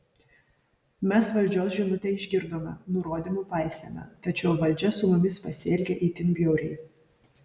mes valdžios žinutę išgirdome nurodymų paisėme tačiau valdžia su mumis pasielgė itin bjauriai